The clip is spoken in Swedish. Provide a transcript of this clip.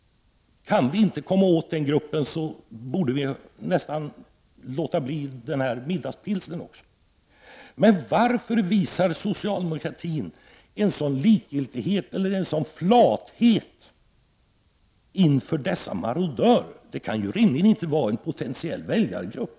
Kan vi inte komma åt den gruppen, borde vi nästan låta bli dem som har druckit en middagspilsner. Varför visar socialdemokraterna en sådan likgiltighet, flathet, inför dessa marodörer? De kan rimligen inte utgöra en potentiell väljargrupp.